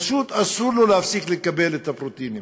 פשוט אסור לו להפסיק לקבל את הפרוטאינים,